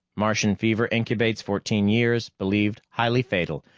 martian fever incubates fourteen years, believed highly fatal.